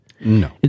No